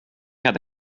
had